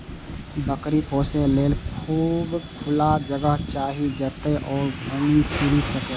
बकरी पोसय लेल खूब खुला जगह चाही, जतय ओ घूमि फीरि सकय